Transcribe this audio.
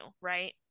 Right